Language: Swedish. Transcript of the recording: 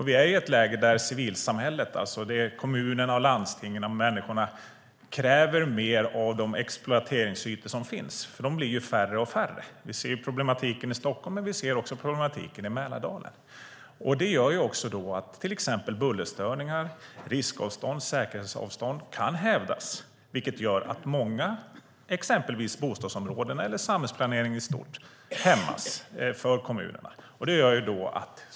Vi är i ett läge där civilsamhället - kommunerna, landstingen och människorna i dem - kräver mer av de exploateringsytor som finns, för de blir färre och färre. Vi ser problematiken i Stockholm, men vi ser den också i Mälardalen. Det gör att till exempel bullerstörningar, riskavstånd och säkerhetsavstånd kan hävdas, vilket i sin tur gör att bostadsområden och samhällsplanering i stort hämmas för kommunerna.